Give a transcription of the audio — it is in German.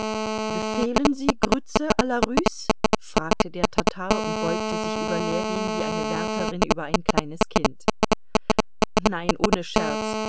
befehlen sie grütze la russe fragte der tatar und beugte sich über ljewin wie eine wärterin über ein kleines kind nein ohne scherz